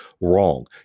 wrong